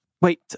Wait